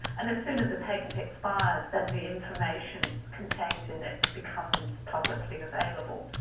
and as soon as a patent expires then the information contained in it becomes publicly and available.